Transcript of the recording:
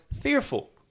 fearful